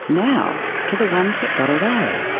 now to the ones that got away.